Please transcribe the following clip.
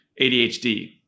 ADHD